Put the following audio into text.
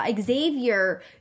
Xavier